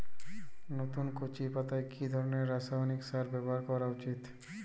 নতুন কচি পাতায় কি ধরণের রাসায়নিক সার ব্যবহার করা উচিৎ?